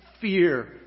fear